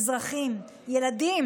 אזרחים וילדים,